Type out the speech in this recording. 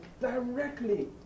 directly